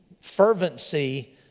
fervency